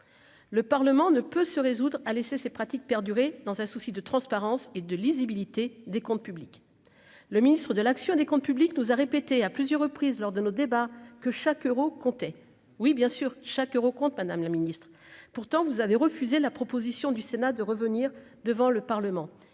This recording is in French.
Le Parlement ne peut se résoudre à laisser ces pratiques perdurer dans un souci de transparence et de lisibilité des comptes publics, le ministre de l'action et des Comptes publics nous a répété à plusieurs reprises lors de nos débats que chaque Euro comptait oui bien sûr, chaque Euro compte Madame la Ministre, pourtant vous avez refusé la proposition du Sénat de revenir devant le Parlement